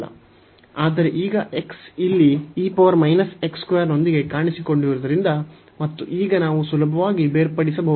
ಆದರೆ ಈಗ x ಇಲ್ಲಿ ನೊಂದಿಗೆ ಕಾಣಿಸಿಕೊಂಡಿರುವುದರಿಂದ ಮತ್ತು ಈಗ ನಾವು ಸುಲಭವಾಗಿ ಬೇರ್ಪಡಿಸಬಹುದು